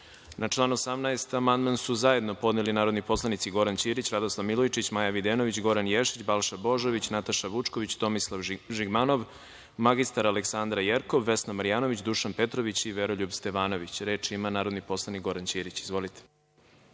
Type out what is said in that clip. član 18. amandman su zajedno podneli narodni poslanici Goran Ćirić, Radoslav Milojičić, Maja Videnović, Goran Ješić, Balša Božović, Nataša Vučković, Tomislav Žigmanov, mr Alekandra Jerkov, Vesna Marjanović, Dušan Petrović i Veroljub Stevanović. Reč ima narodni poslanik Goran Ćirić. Izvolite.